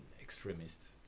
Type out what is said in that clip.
extremists